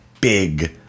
big